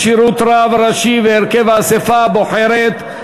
כשירות רב ראשי והרכב האספה הבוחרת),